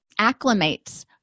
acclimates